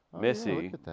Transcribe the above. Missy